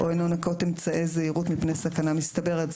או אינו נוקט אמצעי זהירות מפני סכנה מסתברת,